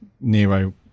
Nero